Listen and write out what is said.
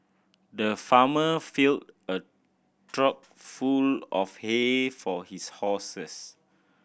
the farmer filled a trough full of hay for his horses